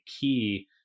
key